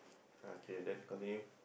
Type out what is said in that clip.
okay then continue